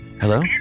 Hello